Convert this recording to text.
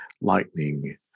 lightning